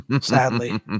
sadly